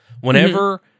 Whenever